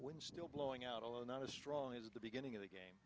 when still blowing out although not as strong as the beginning of the game